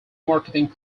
marketing